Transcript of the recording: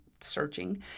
searching